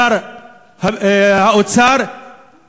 שר האוצר,